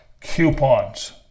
Coupons